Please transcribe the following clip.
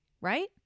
Right